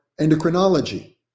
endocrinology